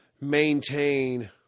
maintain